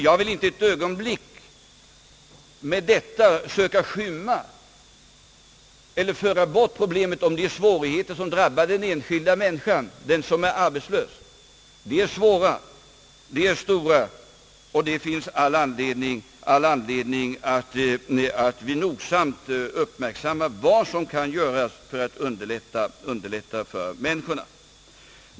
Jag vill inte ett ögonblick med detta söka skymma eller föra bort problemet om de svårigheter som drabbar den enskilda människan, den som är arbetslös. Svårigheterna är stora, och det finns all anledning för oss att noggrant uppmärksamma vad som kan göras för att hjälpa dessa människor.